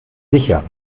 sicher